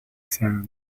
sound